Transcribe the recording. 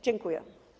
Dziękuję.